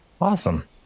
awesome